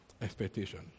Expectation